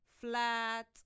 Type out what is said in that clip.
flat